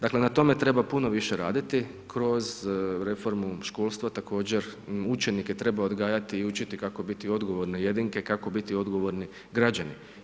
Dakle, na tome treba puno više raditi kroz reformu školstva, također učenike treba odgajati i učiti kako biti odgovorne jedinke, kako biti odgovorni građani.